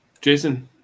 Jason